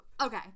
okay